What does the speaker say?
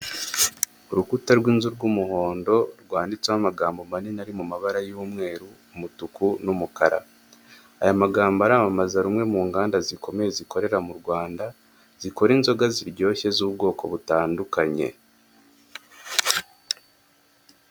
Urukuta rw'inzu ry'umuhondo, rwanditseho amagambo manini ari mu mabara: y'umweru, umutuku n'umukara; aya magambo aramamaza rumwe mu nganda zikomeye zikorera mu Rwanda, zikora inzoga ziryoshye z'ubwoko butandukanye.